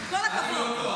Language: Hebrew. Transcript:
זה הכול.